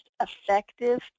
effective